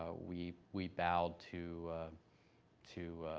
ah we we bowed to to